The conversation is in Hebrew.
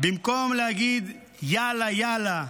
במקום להגיד "יאללה, יאללה"